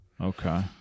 Okay